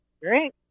great